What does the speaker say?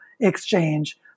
exchange